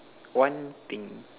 one thing